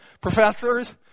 professors